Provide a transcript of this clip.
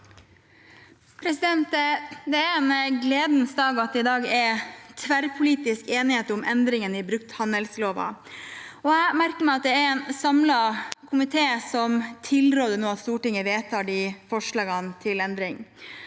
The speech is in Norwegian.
Det er en gle- dens dag at det i dag er tverrpolitisk enighet om endringene i brukthandelloven. Jeg har merket meg at det er en samlet komité som tilråder at Stortinget vedtar forslagene til endring.